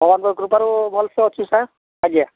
ଭଗବାନଙ୍କ କୃପାରୁ ଭଲ୍ସେ ଅଛି ସାର୍ ଆଜ୍ଞା